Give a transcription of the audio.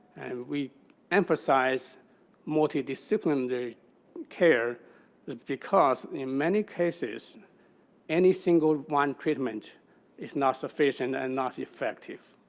and we emphasize multidisciplinary care because, in many cases any single one treatment is not sufficient and not effective.